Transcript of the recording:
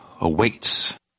awaits